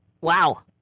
Wow